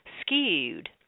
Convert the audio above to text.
skewed